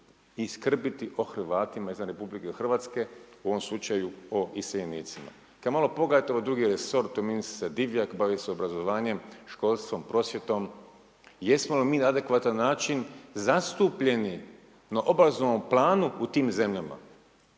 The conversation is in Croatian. i skrbiti o Hrvatima izvan Republike Hrvatske u ovom slučaju o iseljenicima. Kad malo pogledajte ovaj drugi resor, to je ministrica Divjak, bavi se obrazovanjem, školstvom, prosvjetom. Jesmo li mi na adekvatan način zastupljeni na obrazovnom plan u tim zemljama?